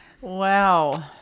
Wow